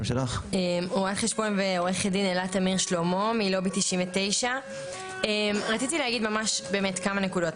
רואת חשבון ועו"ד אלה תמיר שלמה מלובי 99. רציתי להגיד ממש כמה נקודות.